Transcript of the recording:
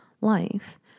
life